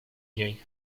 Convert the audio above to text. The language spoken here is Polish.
niej